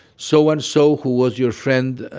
so and so who was your friend